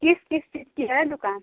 किस किस चीज़ की है दुकान